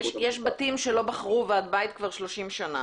יש בתים שלא בחרו ועד בית 30 שנה,